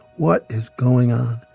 what is going on?